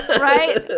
Right